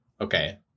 okay